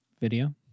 video